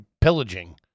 pillaging